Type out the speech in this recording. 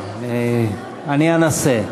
אני אנסה.